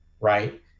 right